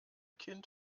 kind